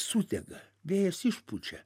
sudega vėjas išpučia